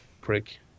Prick